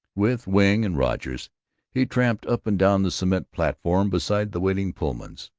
with wing and rogers he tramped up and down the cement platform beside the waiting pullmans.